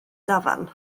dafarn